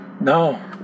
No